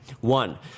One